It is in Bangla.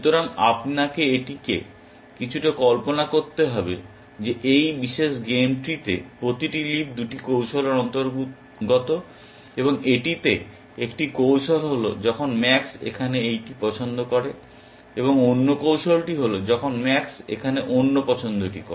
সুতরাং আপনাকে এটিকে কিছুটা কল্পনা করতে হবে যে এই বিশেষ গেম ট্রিতে প্রতিটি লিফ 2টি কৌশলের অন্তর্গত এবং এটিতে একটি কৌশল হল যখন ম্যাক্স এখানে এই পছন্দটি করে এবং অন্য কৌশলটি হল যখন ম্যাক্স এখানে অন্য পছন্দটি করে